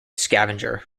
scavenger